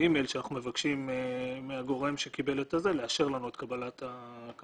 באי-מייל שאנחנו מבקשים מהגורם לאשר לנו את קבלת המכתב.